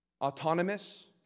autonomous